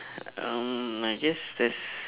um I guess there's